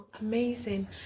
Amazing